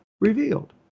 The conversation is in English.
revealed